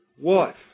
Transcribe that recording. wife